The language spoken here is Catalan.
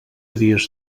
dies